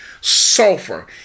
Sulfur